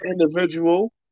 individual